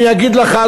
אני אגיד לך,